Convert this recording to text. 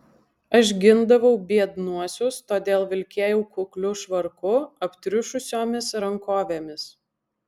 aš gindavau biednuosius todėl vilkėjau kukliu švarku aptriušusiomis rankovėmis